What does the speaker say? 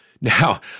Now